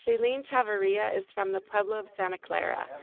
shaleene chavarria is from the pueblo of santa clara,